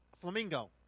Flamingo